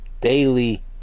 daily